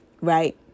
right